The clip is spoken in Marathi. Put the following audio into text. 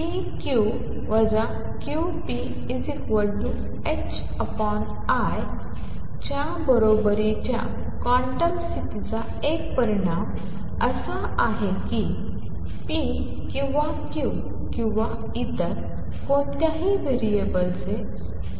p q q p iI च्या बरोबरीच्या क्वांटम स्थितीचा एक परिणाम असा आहे की p किंवा q किंवा इतर कोणत्याही व्हेरिएबलचे